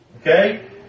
Okay